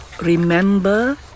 Remember